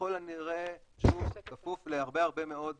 ככל הנראה, שוב, כפוף להרבה הרבה מאוד